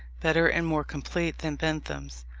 better and more complete than bentham's,